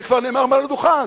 זה כבר נאמר מעל הדוכן,